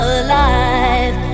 alive